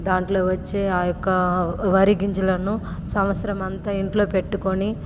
దాంట్లో వచ్చే ఆ యొక్క వరి గింజలను సంవత్సరం అంతా ఇంట్లో పెట్టుకొని